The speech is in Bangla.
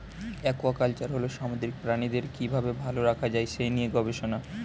একুয়াকালচার হল সামুদ্রিক প্রাণীদের কি ভাবে ভালো রাখা যায় সেই নিয়ে গবেষণা